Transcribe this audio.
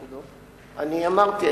אמרתי,